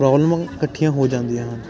problem ਇਕੱਠੀਆਂ ਹੋ ਜਾਂਦੀਆਂ ਹਨ